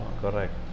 correct